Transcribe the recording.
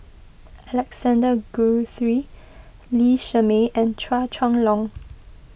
Alexander Guthrie Lee Shermay and Chua Chong Long